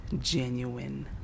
genuine